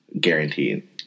Guaranteed